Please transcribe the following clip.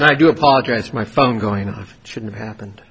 and i do apologize my phone going off shouldn't have happened